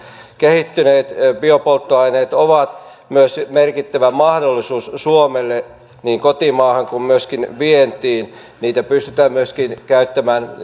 kehittyneet biopolttoaineet ovat myös merkittävä mahdollisuus suomelle niin kotimaahan kuin myöskin vientiin niitä pystytään myöskin käyttämään